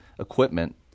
equipment